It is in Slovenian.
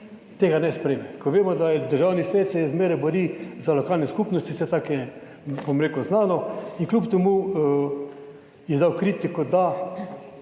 tega ne sprejme, ko vemo, da se Državni svet zmeraj bori za lokalne skupnosti. Saj tako je, bom rekel, znano. In kljub temu je dal kritiko, da